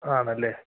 ആണല്ലേ